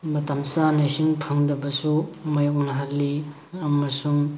ꯃꯇꯝ ꯆꯥꯅ ꯏꯁꯤꯡ ꯐꯪꯗꯕꯁꯨ ꯃꯌꯣꯛꯅꯍꯜꯂꯤ ꯑꯃꯁꯨꯡ